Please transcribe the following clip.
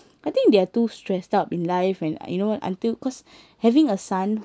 I think they're too stressed out in life and I you know until cause having a son